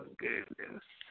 goodness